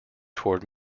toward